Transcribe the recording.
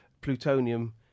Plutonium